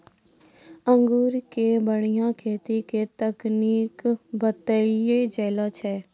अंगूर के बढ़िया खेती के तकनीक बतइलो जाय छै